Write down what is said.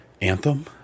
Anthem